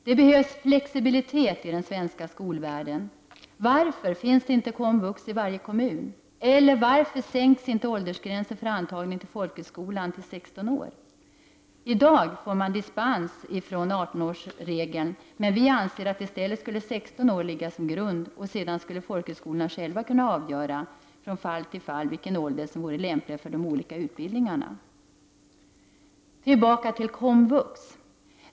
Det behövs flexibilitet i den svenska skolvärlden. Varför finns inte komvux i varje kommun? Varför sänks inte åldersgränsen för antagning till folkhögskolan till 16 år? I dag får man dispens från artonårsregeln. Men vi anser att 16 år skulle ligga som grund, och sedan skulle folkhögskolorna själva kunna avgöra från fall till fall vilken ålder som vore lämplig för de olika utbildningarna. Tillbaka till komvux.